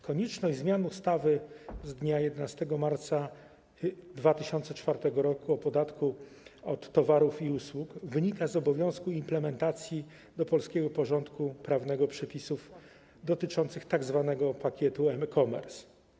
Konieczność zmian ustawy z dnia 11 marca 2004 r. o podatku od towarów i usług wynika z obowiązku implementacji do polskiego porządku prawnego przepisów dotyczących tzw. pakietu VAT e-commerce.